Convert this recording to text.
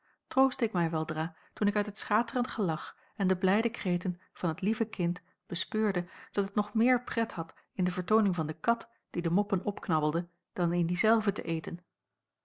troostte ik mij weldra toen ik uit het schaterend gelach en de blijde kreten van het lieve kind bespeurde dat het nog meer pret had in de vertooning van jacob van ennep laasje evenster kat die de moppen opknabbelde dan in die zelve te eten